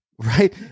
right